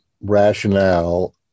rationale